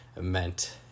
meant